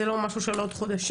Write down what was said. זה לא משהו של עוד חודשים,